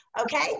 Okay